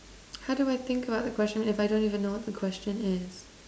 how do I think about the question if I don't even know what the question is